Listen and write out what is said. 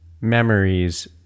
memories